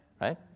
right